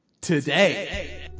today